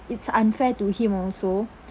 it's unfair to him also